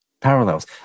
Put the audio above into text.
parallels